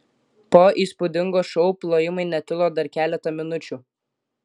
po įspūdingo šou plojimai netilo dar keletą minučių